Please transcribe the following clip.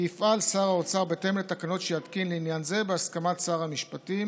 כי יפעל שר האוצר בהתאם לתקנות שיתקין לעניין זה בהסכמת שר המשפטים